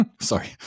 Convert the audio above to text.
Sorry